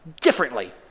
differently